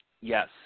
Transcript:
Yes